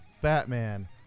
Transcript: Batman